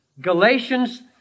Galatians